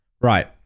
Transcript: right